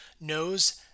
knows